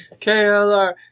KLR